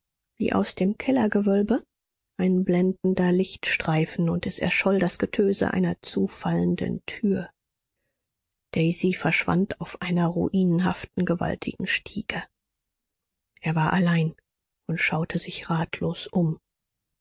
wie aus dem kellergewölbe ein blendender lichtstreifen und es erscholl das getöse einer zufallenden tür daisy verschwand auf einer ruinenhaften gewaltigen stiege er war allein und schaute sich ratlos um